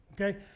okay